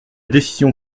décision